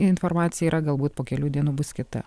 informacija yra galbūt po kelių dienų bus kita